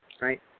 right